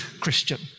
Christian